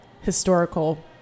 historical